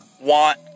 want